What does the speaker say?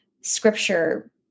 scripture